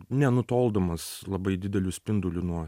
nenutoldamos labai dideliu spinduliu nuo